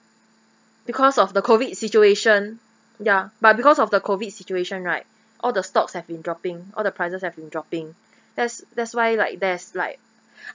because of the COVID situation ya but because of the COVID situation right all the stocks have been dropping all the prices have been dropping that's that's why like there's like